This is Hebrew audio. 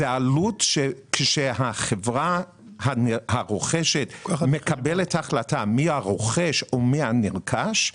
זאת עלות וכאשר החברה הרוכשת מקבלת החלטה על מי הרוכש או מי הנרכש,